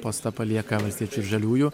postą palieka valstiečių ir žaliųjų